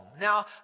Now